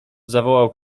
zawołał